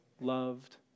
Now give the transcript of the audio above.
loved